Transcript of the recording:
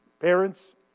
Parents